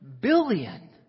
billion